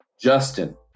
Justin